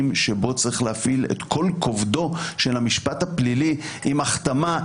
שבהם צריך להפעיל את כל כובדו של המשפט הפלילי עם החתמה,